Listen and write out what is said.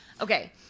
Okay